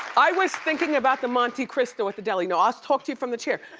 i was thinking about the monte cristo at the deli. now, i'll talk to you from the chair.